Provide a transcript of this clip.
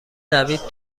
دوید